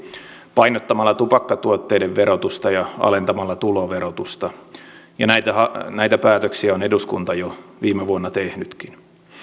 painottamalla tupakkatuotteiden verotusta ja alentamalla tuloverotusta näitä näitä päätöksiä on eduskunta jo viime vuonna tehnytkin